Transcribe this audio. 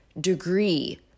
degree